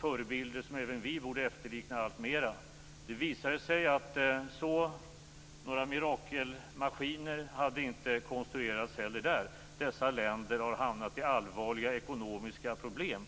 förebilder som även vi alltmer borde efterlikna. Nu visar det sig att några mirakelmaskiner inte heller där hade konstruerats. Dessa länder har hamnat i allvarliga ekonomiska problem.